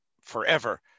forever